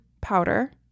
powder